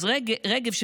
אז רגב,